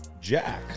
Jack